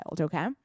okay